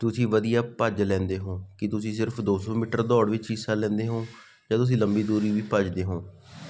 ਤੁਸੀਂ ਵਧੀਆ ਭੱਜ ਲੈਂਦੇ ਹੋ ਕੀ ਤੁਸੀਂ ਸਿਰਫ ਦੋ ਸੌ ਮੀਟਰ ਦੌੜ ਵਿੱਚ ਹਿੱਸਾ ਲੈਂਦੇ ਹੋ ਜਾਂ ਤੁਸੀਂ ਲੰਬੀ ਦੂਰੀ ਵੀ ਭੱਜਦੇ ਹੋ